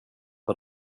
för